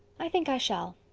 i think i shall.